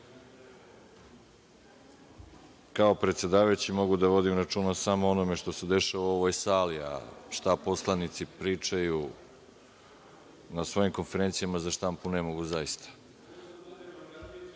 kao predsedavajući mogu da vodim računa samo o onome što se dešava u ovoj sali, a šta poslanici pričaju na svojim konferencijama za štampu ne mogu